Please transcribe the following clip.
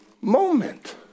moment